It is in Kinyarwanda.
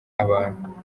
abantu